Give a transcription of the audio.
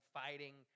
fighting